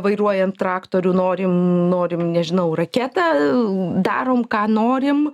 vairuojam traktorių norim norim nežinau raketą darom ką norim